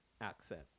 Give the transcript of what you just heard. accent